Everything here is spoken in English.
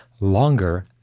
longer